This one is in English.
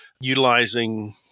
utilizing